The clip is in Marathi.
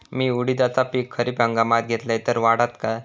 मी उडीदाचा पीक खरीप हंगामात घेतलय तर वाढात काय?